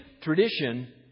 tradition